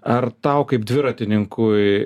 ar tau kaip dviratininkui